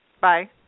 bye